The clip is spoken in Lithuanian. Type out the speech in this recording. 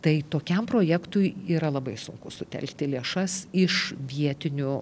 tai tokiam projektui yra labai sunku sutelkti lėšas iš vietinių